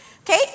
Okay